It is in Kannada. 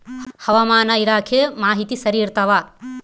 ಹವಾಮಾನ ಇಲಾಖೆ ಮಾಹಿತಿ ಸರಿ ಇರ್ತವ?